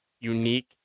unique